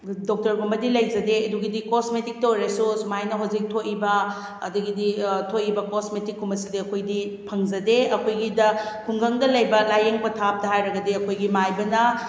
ꯗꯣꯛꯇꯔꯒꯨꯝꯕꯗꯤ ꯂꯩꯖꯗꯦ ꯑꯗꯨꯒꯤꯗꯤ ꯀꯣꯁꯃꯦꯇꯤꯛꯇ ꯑꯣꯏꯔꯁꯨ ꯑꯁꯨꯃꯥꯏꯅ ꯍꯧꯖꯤꯛ ꯊꯣꯛꯏꯕ ꯑꯗꯨꯗꯒꯤꯗꯤ ꯊꯣꯛꯏꯕ ꯀꯣꯁꯃꯦꯇꯤꯛꯀꯨꯝꯕꯁꯤꯗꯤ ꯑꯩꯈꯣꯏꯗꯤ ꯐꯪꯖꯗꯦ ꯑꯩꯈꯣꯏꯒꯤꯗ ꯈꯨꯡꯒꯪꯗ ꯂꯩꯕ ꯂꯥꯏꯌꯦꯡ ꯄꯊꯥꯞꯇ ꯍꯥꯏꯔꯒꯗꯤ ꯑꯩꯈꯣꯏꯒꯤ ꯃꯥꯏꯕꯅ